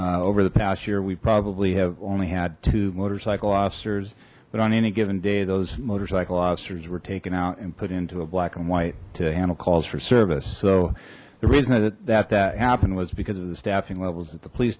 and over the past year we probably have only had two motorcycle officers but on any given day those motorcycle officers were taken out and put into a black and white animal calls for service so the reason that that happened was because of the staffing levels at the police